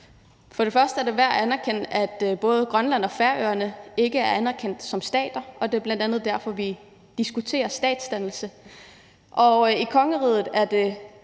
For det første er det værd at anerkende, at både Grønland og Færøerne ikke er anerkendt som stater, og det er bl.a. derfor, vi diskuterer statsdannelse. Og i kongeriget er det